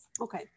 Okay